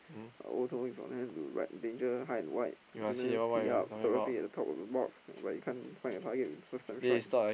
is on right in danger high and wide top of the box but he can't find a target to strike